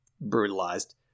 brutalized